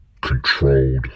controlled